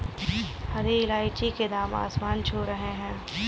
हरी इलायची के दाम आसमान छू रहे हैं